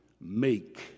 make